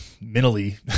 mentally